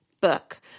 book